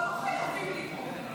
אבל לא חייבים לנאום.